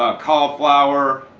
ah cauliflower,